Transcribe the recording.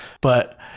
But-